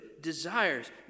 desires